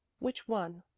which one?